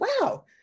wow